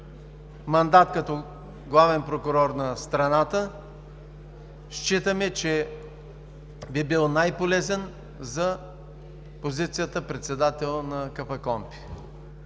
мандат като главен прокурор на страната, считаме, че би бил най-полезен за позицията председател на КПКОНПИ.